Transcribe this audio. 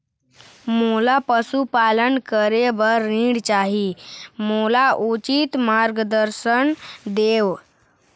मोला पशुपालन करे बर ऋण चाही, मोला उचित मार्गदर्शन देव?